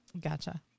Gotcha